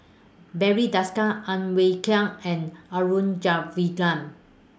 Barry Desker Ang Wei and